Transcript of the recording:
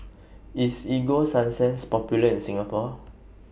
IS Ego Sunsense Popular in Singapore